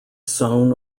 sewn